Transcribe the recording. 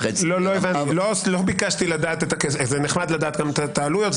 זה בסדר לדעת את העלויות,